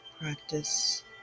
Practice